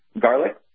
garlic